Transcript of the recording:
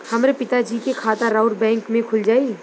हमरे पिता जी के खाता राउर बैंक में खुल जाई?